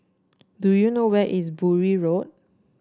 do you know where is Bury Road